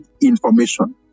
information